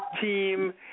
team